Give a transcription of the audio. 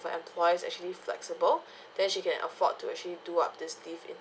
if her employer is actually flexible then she can afford to actually do up these leaves in ter~